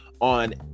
on